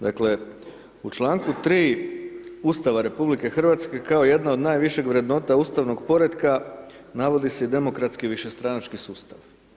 Dakle, u članku 3. Ustava RH kao jedna od najviših vrednota ustavnog poretka navodi se i demokratski višestranački sustav.